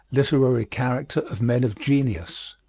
literary character of men of genius.